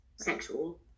sexual